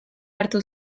hartu